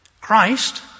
Christ